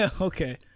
Okay